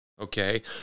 Okay